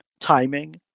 timing